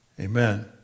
Amen